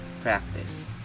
practice